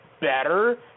better